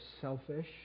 selfish